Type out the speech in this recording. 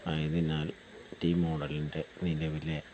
ആയതിനാൽ ടി മോഡലിൻ്റെ നിലവിലെ